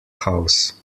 house